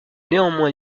néanmoins